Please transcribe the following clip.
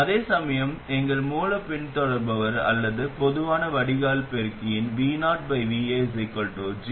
அதேசமயம் எங்கள் மூலப் பின்தொடர்பவர் அல்லது பொதுவான வடிகால் பெருக்கியில் vovigm1gmRL